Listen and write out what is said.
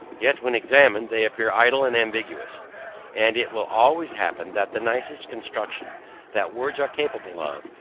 yet when examined they appear idle and ambiguous and it will always happen, that the nicest construction that words are capable of,